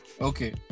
okay